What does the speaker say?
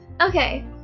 okay